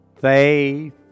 faith